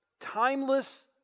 timeless